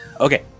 Okay